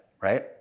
right